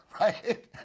right